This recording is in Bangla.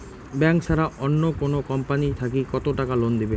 ব্যাংক ছাড়া অন্য কোনো কোম্পানি থাকি কত টাকা লোন দিবে?